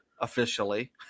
officially